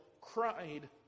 cried